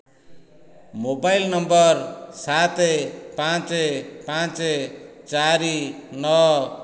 mobile number ସାତ ପାଞ୍ଚ ପାଞ୍ଚ ଚାରି ନଅ